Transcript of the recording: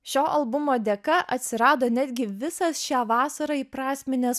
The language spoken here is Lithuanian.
šio albumo dėka atsirado netgi visą šią vasarą įprasminęs